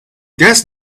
guess